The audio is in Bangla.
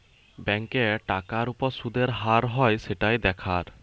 ব্যাংকে টাকার উপর শুদের হার হয় সেটাই দেখার